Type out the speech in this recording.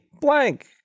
blank